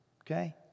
Okay